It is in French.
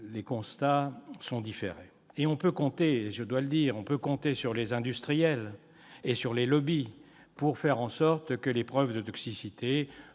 du constat est différé. On peut compter, je dois le dire, sur les industriels et sur les lobbies pour faire en sorte que les preuves de toxicité